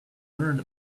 learned